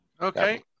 Okay